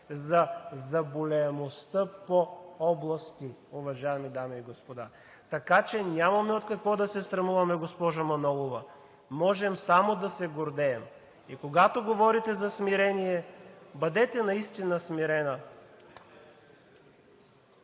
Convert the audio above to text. за заболеваемостта по области, уважаеми дами и господа. Така че нямаме от какво да се срамуваме, госпожо Манолова. Можем само да се гордеем. И когато говорите за смирение, бъдете наистина смирена.